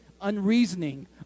unreasoning